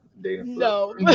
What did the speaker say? No